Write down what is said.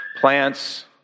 plants